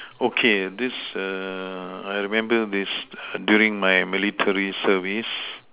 okay this err I remember this during my military service